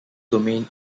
domain